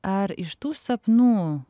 ar iš tų sapnų